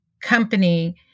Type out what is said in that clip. company